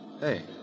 Hey